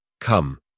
come